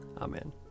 Amen